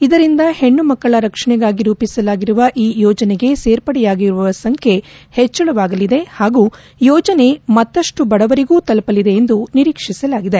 ಇದರಿಂದ ಹೆಣ್ಣು ಮಕ್ಕಳ ರಕ್ಷಣೆಗಾಗಿ ರೂಪಿಸಲಾಗಿರುವ ಈ ಯೋಜನೆಗೆ ಸೇರ್ಪಡೆಯಾಗುವವರ ಸಂಖ್ಯೆ ಹೆಚ್ಚಳವಾಗಲಿದೆ ಹಾಗೂ ಯೋಜನೆ ಮತ್ತಷ್ಟು ಬಡವರಿಗೂ ತಲುಪಲಿದೆ ಎಂದು ನಿರೀಕ್ಷಿಸಲಾಗಿದೆ